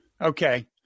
Okay